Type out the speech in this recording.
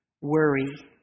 worry